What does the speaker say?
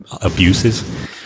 abuses